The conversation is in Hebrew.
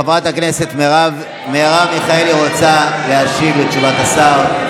חברת הכנסת מרב מיכאלי רוצה להשיב על תשובת השר.